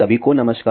सभी को नमस्कार